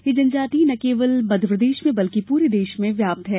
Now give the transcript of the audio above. यह जनजातीय ना केवल मध्यप्रदेश में बल्कि पूरे प्रदेश में व्याप्त है